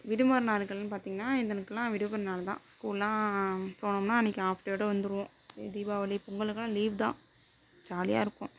விடுமுறை நாட்கள்னு பார்த்திங்கன்னா இந்தன்னைக்கெலாம் விடுமுறை நாள் தான் ஸ்கூல்லாம் போனோம்னால் அன்னைக்கு ஆஃப் டேவோட வந்துடுவோம் தீபாவளி பொங்கலுக்கெலாம் லீவ் தான் ஜாலியாக இருக்கும்